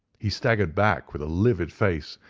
he staggered back with a livid face,